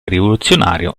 rivoluzionario